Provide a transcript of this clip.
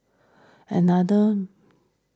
another